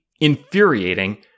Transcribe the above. infuriating